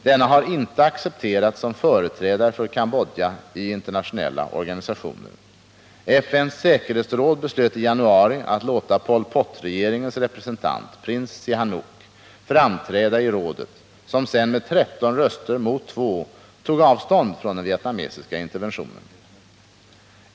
Denna har inte accepterats som företrädare för Cambodja i internationella organisationer. FN:s säkerhetsråd beslöt i januari att låta Pol Pot-regeringens representant, prins Sihanouk, framträda i rådet, som sedan med 13 röster mot 2 tog avstånd från den vietnamesiska interventionen.